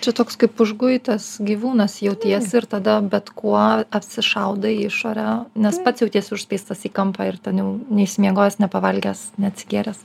čia toks kaip užguitas gyvūnas jautiesi ir tada bet kuo atsišaudai į išorę nes pats jautiesi užspeistas į kampą ir ten jau neišsimiegojęs nepavalgęs neatsigėręs